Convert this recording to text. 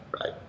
Right